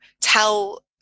tell